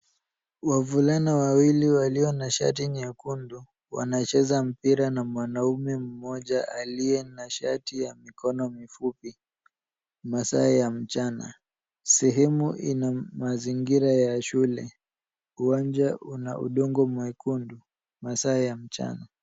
Wavulana wawili walio na shati nyekundu wanacheza mpira na mwanaume mmoja aliye na shati ya mikono mifupi, masaa ya mchana. Sehemu ina mazingira ya shule .Uwanja una udongo mwekundu masaa ya mchana.